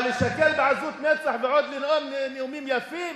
מה, לשקר בעזות מצח ועוד לנאום נאומים יפים